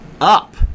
up